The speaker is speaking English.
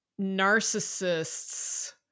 narcissists